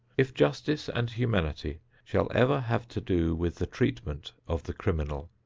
if justice and humanity shall ever have to do with the treatment of the criminal,